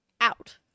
out